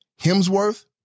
Hemsworth